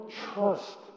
trust